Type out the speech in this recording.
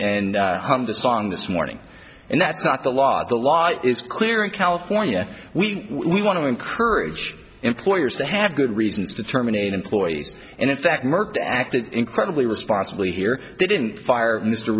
the song this morning and that's not the law the law is clear in california we want to encourage employers to have good reasons to terminate employees and if that merck acted incredibly responsibly here they didn't fire mr